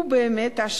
הוא באמת אשם,